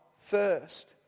first